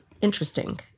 interesting